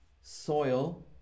soil